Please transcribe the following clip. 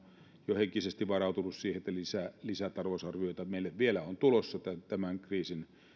jo henkisesti varautunut siihen että lisätalousarvioita meille vielä on tulossa tämän kriisin